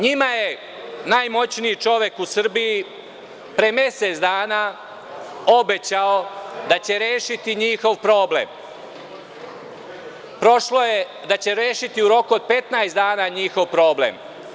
Njima je najmoćniji čovek u Srbiji pre mesec dana obećao da će rešiti njihov problem, da će rešiti u roku od 15 dana njihov problem.